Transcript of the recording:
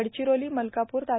गडचिरोली मलकापूर ता